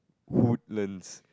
Woodlands